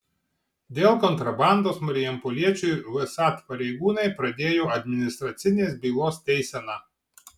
dėl kontrabandos marijampoliečiui vsat pareigūnai pradėjo administracinės bylos teiseną